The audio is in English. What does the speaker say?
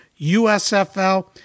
USFL